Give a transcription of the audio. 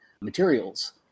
materials